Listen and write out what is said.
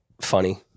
funny